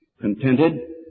contented